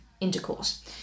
intercourse